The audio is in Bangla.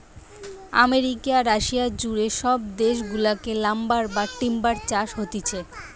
আমেরিকা, রাশিয়া জুড়ে সব দেশ গুলাতে লাম্বার বা টিম্বার চাষ হতিছে